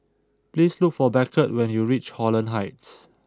please look for Beckett when you reach Holland Heights